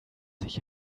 sich